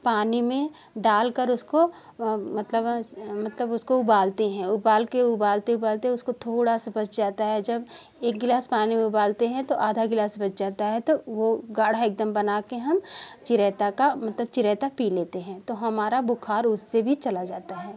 पानी में डालकर उसको मतलब मतलब उसको उबालते हैं उबाल के उबालते उबालते उसको थोड़ा सा बच जाता है जब एक गिलास पानी उबालते हैं तो आधा गिलास बच जाता है तो वो गाढ़ा एकदम बना के हम चिरायता का मतलब चिरायता पी लेते हैं तो हमारा बुखार उससे भी चला जाता है